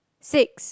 six